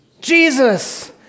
Jesus